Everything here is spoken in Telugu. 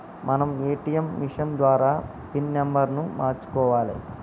మనం ఏ.టీ.యం మిషన్ ద్వారా పిన్ నెంబర్ను మార్చుకోవాలే